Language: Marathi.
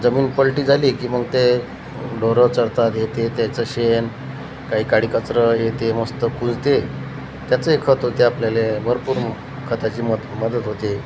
जमीन पलटी झाली की मग ते ढोरं चरतात हे ते त्याचं शेण काही काडी कचरा हे ते मस्त खुलते त्याचही खत होते आपल्याला भरपूर म खताची मत मदत होते